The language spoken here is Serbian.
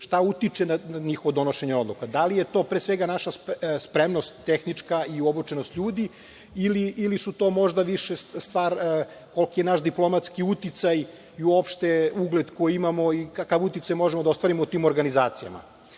Šta utiče na njihovo donošenje odluka? Da li je to pre svega naša spremnost tehnička i obučenost ljudi ili je to možda stvar koliki je naš diplomatski uticaj i ugled koji imamo i kakav uticaj možemo da ostvarimo u tim organizacijama? Drugo,